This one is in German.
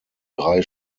drei